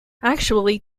actually